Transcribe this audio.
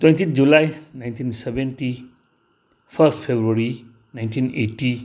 twentieth July nineteen seventy first February nineteen eighty